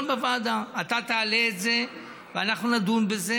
אתה תעלה את זה ואנחנו נדון בזה,